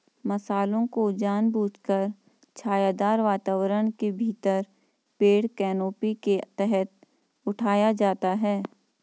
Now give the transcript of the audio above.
फसलों को जानबूझकर छायादार वातावरण के भीतर पेड़ कैनोपी के तहत उठाया जाता है